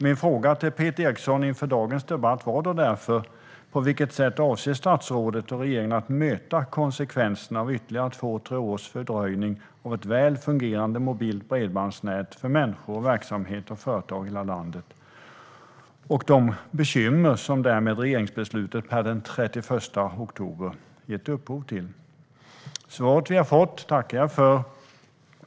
Min fråga till Peter Eriksson inför dagens debatt var därför: På vilket sätt avser statsrådet och regeringen att möta konsekvenserna av ytterligare två tre års fördröjning av ett väl fungerande mobilt bredbandsnät för människor, verksamheter och företag i hela landet, som regeringsbeslutet den 31 oktober gett upphov till? Svaret vi har fått tackar jag för.